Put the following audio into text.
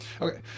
Okay